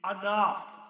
enough